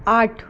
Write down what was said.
आठ